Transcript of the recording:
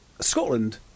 Scotland